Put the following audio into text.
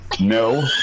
No